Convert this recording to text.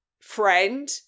friend